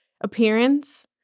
appearance